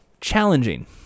challenging